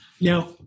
Now